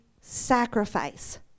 sacrifice